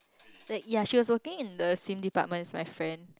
the yeah she was working in the same department with my friend